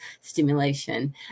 stimulation